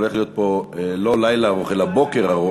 הולך להיות פה לא לילה ארוך אלא בוקר ארוך,